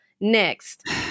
next